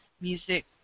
music